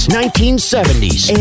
1970s